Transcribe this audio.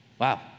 Wow